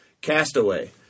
Castaway